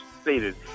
stated